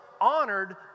honored